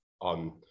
on